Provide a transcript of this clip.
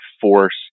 force